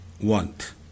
want